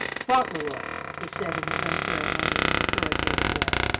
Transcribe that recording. fauntleroy, he said in his unceremonious, authoritative way,